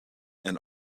and